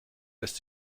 lässt